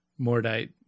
Mordite